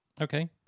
Okay